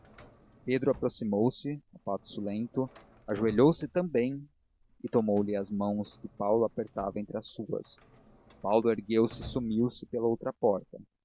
pedro aproximou-se a passo lento ajoelhou-se também e tomou-lhe as mãos que paulo apertava entre as suas paulo ergueu-se e sumiu-se pela outra porta